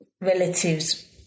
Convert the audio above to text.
relatives